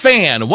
Fan